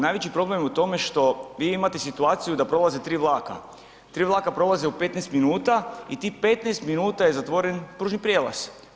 Najveći problem je u tome što vi imate situaciju da prolaze 3 vlaka, 3 vlaka prolaze u 15 minuta i tih 15 minuta je zatvoren pružni prijelaz.